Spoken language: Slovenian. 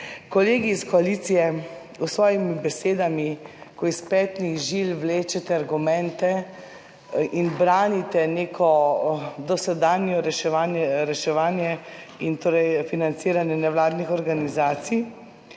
kolegi iz koalicije s svojimi besedami, ko iz petnih žil vlečete argumente in branite neko dosedanje reševanje in torej financiranje nevladnih organizacij,